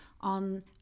on